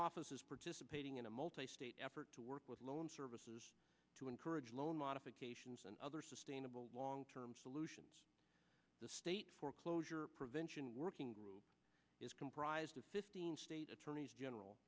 office is participating in a multi state effort to work with loan services to encourage loan modifications and other sustainable long term solutions the state foreclosure prevention working group is comprised of fifteen state attorneys general